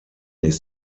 ist